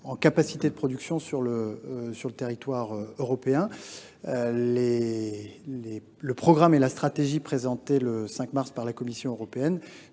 en capacité de production sur le territoire européen. Le programme et la stratégie présentés le 5 mars par la Commission européenne